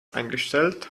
eingestellt